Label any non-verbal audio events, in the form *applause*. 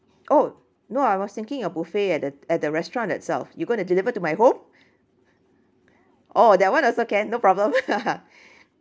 oh no I was thinking a buffet at the at the restaurant itself you going to deliver to my home oh that [one] also can no problem *laughs*